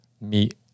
meet